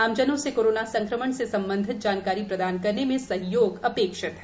आमजनों से कोरोना संक्रमण से संबंधित जानकारी प्रदान करने में सहयोग अपेक्षित है